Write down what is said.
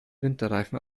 winterreifen